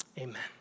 Amen